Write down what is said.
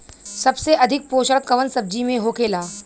सबसे अधिक पोषण कवन सब्जी में होखेला?